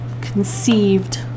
conceived